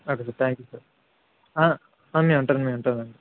okay sir thank you sir ఆ మేముంటాం మేముంటాం అండి